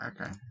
Okay